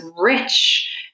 rich